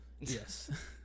Yes